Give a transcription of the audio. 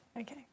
Okay